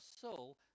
soul